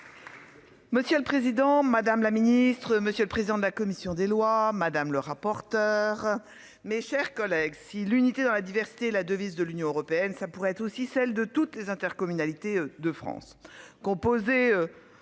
Monsieur le Président Madame la Ministre monsieur le président de la commission des lois. Madame le rapporteur. Mes chers collègues si l'unité dans la diversité, la devise de l'Union européenne, ça pourrait être aussi celle de toutes les intercommunalités de France composé.